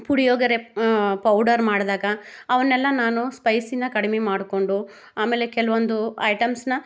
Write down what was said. puliyogare powder ಮಾಡಿದಾಗ ಅವನ್ನೆಲ್ಲ ನಾನು ಸ್ಪೈಸಿನ ಕಡ್ಮೆ ಮಾಡಿಕೊಂಡು ಆಮೇಲೆ ಕೆಲವೊಂದು ಐಟಮ್ಸ್ನ